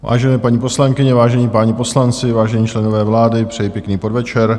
Vážené paní poslankyně, vážení páni poslanci, vážení členové vlády, přeji pěkný podvečer.